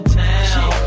town